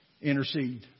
Intercede